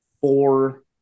four